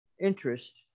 interest